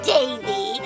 Davy